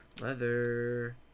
leather